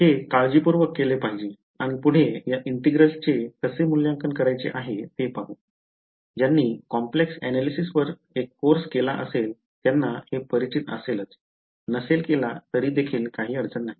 हे काळजीपूर्वक केले पाहिजे आणि पुढे या इंटिग्रलसचे कसे मूल्यांकन करायचे आहे ते पाहू ज्यांनी complex analysis वर एक कोर्स केला असेल त्यांना हे परिचित असेलच नसेल केला तरी देखील का अडचण नाही